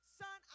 son